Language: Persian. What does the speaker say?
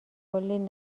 کلی